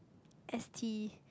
S T